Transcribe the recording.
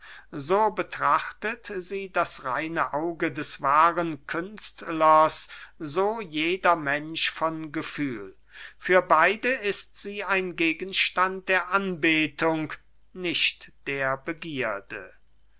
so betrachtet sie das reine auge des wahren künstlers so jeder mensch von gefühl für beide ist sie ein gegenstand der anbetung nicht der begierde